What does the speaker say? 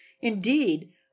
Indeed